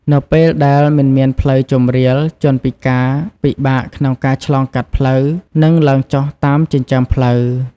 នៅពេលដែលមិនមានផ្លូវជម្រាល ជនពិការពិបាកក្នុងការឆ្លងកាត់ផ្លូវ និងឡើងចុះតាមចិញ្ចើមផ្លូវ។